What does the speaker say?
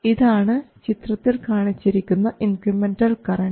ഇതാണ് ചിത്രത്തിൽ കാണിച്ചിരിക്കുന്ന ഇൻക്രിമെൻറൽ കറൻറ്